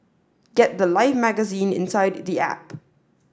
get The Life magazine inside the app